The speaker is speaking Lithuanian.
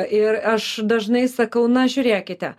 ir aš dažnai sakau na žiūrėkite